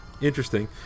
Interesting